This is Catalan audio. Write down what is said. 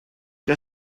que